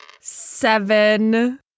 Seven